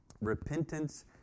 repentance